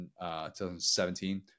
2017